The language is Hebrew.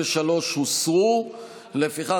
וכל המערכת,